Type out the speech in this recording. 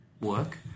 work